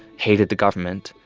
hated the government.